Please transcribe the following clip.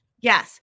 Yes